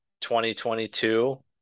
2022